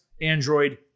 Android